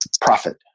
profit